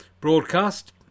broadcast